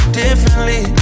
differently